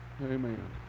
Amen